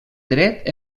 dret